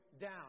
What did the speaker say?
down